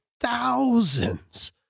thousands